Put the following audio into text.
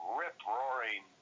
rip-roaring